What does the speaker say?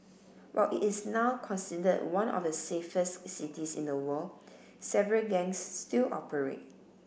while it is now considered one of the safest cities in the world several gangs still operate